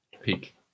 peak